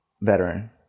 veteran